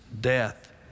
death